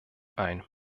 ein